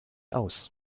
aus